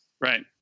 right